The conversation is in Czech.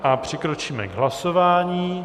A přikročíme k hlasování.